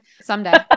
Someday